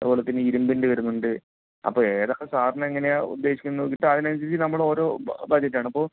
അതുപോല തന്നെ ഇരുമ്പിൻ്റെ വരുന്നുണ്ട് അപ്പം ഏതാ സാറിന് എങ്ങനെയാ ഉദ്ദേശിക്കുന്നതെന്നു വെച്ചാൽ അതിനനുസരിച്ചു നമ്മളോരോ ബഡ്ജറ്റാണ് ഇപ്പോൾ